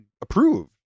approved